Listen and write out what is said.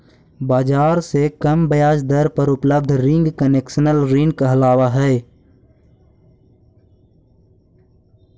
बाजार से कम ब्याज दर पर उपलब्ध रिंग कंसेशनल ऋण कहलावऽ हइ